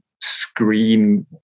screen